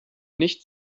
nicht